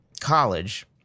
college